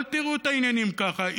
אל תראו את העניינים ככה,